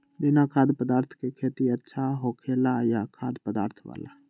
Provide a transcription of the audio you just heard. बिना खाद्य पदार्थ के खेती अच्छा होखेला या खाद्य पदार्थ वाला?